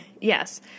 Yes